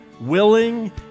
willing